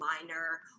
minor